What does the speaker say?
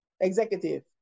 executive